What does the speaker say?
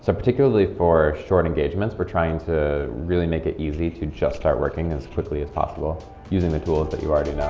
so particularly for short engagements, we're trying to really make it easy to just start working as quickly as possible using the tools that you already know